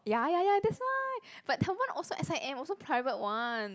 ya ya ya that's why but that one also S_I_M also private one